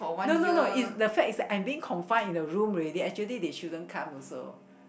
no no no is the fact is that I'm being confined in the room already actually they shouldn't come also